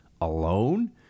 alone